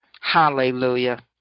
hallelujah